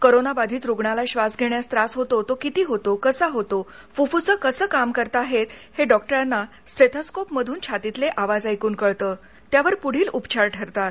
corona बाधित रुग्णाला श्वास घेण्यास त्रास होतो तो किती होतो कसा होतो फुफुसं कसं काम करताहेत हे डॉक ्राना स अस्कोप मधून छातीतले आवाज ऐकून कळतं त्यावर पुढील उपचार ठरतात